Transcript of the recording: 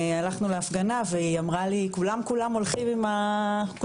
הלכנו להפגנה והיא אמרה לי כולם כולם הולכים להפגנה,